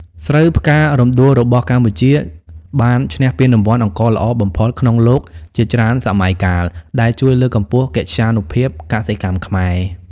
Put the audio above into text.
ស្រូវផ្ការំដួលរបស់កម្ពុជាបានឈ្នះពានរង្វាន់អង្ករល្អបំផុតក្នុងលោកជាច្រើនសម័យកាល ដែលជួយលើកកម្ពស់កិត្យានុភាពកសិកម្មខ្មែរ។